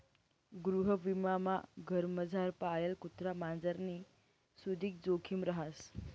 गृहविमामा घरमझार पाळेल कुत्रा मांजरनी सुदीक जोखिम रहास